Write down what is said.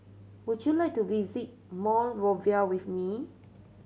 would you like to visit Monrovia with me